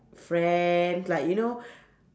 friend like you know